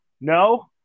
no